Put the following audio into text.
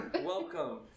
Welcome